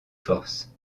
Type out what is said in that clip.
forces